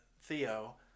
Theo